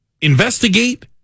investigate